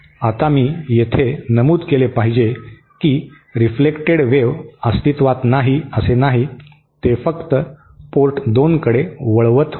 आता मी येथे हे नमूद केले पाहिजे की रिफ्लेकटेड वेव्ह अस्तित्त्वात नाही असे नाही ते फक्त पोर्ट 2 कडे वळवत होते